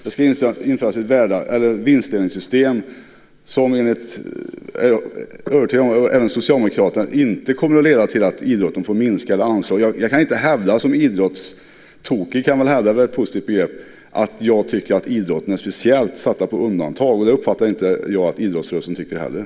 Det ska införas ett vinstdelningssystem som jag är övertygad om att även Socialdemokraterna menar inte kommer att leda till att idrotten från minskade anslag. Jag kan som idrottstokig - det är ett positivt begrepp - inte hävda att jag tycker att idrotten är speciellt satt på undantag. Jag uppfattar inte heller att idrottsrörelsen tycker det.